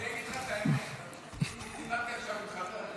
אני אגיד לך את האמת, דיברתי עכשיו עם חבר הכנסת